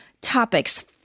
topics